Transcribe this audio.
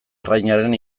arrainaren